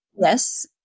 Yes